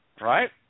Right